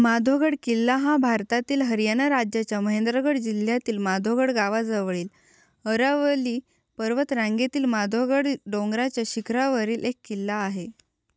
माधोगड किल्ला हा भारतातील हरियाणा राज्याच्या महेंद्रगड जिल्ह्यातील माधोगड गावाजवळील अरावली पर्वतरांगेतील माधोगड डोंगराच्या शिखरावरील एक किल्ला आहे